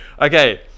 Okay